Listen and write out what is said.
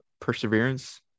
perseverance